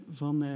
van